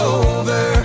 over